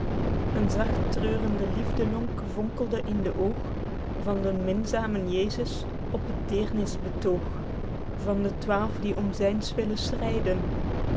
genegen een zachttreurende liefdelonk vonkelde in de oog van den minzamen jesus op t deernisbetoog van de twaelf die om zyns wille